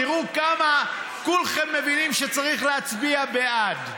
תראו כמה כולכם מבינים שצריך להצביע בעד.